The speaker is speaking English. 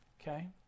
okay